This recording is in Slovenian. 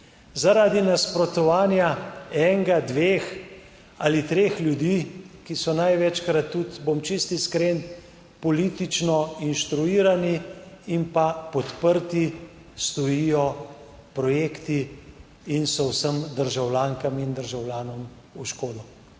Zaradi nasprotovanja enega, dveh ali treh ljudi, ki so največkrat, tudi bom čisto iskren, politično inštruirani in pa podprti, stojijo projekti in so vsem državljankam in državljanom v škodo,